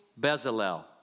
Bezalel